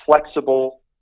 flexible